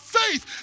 faith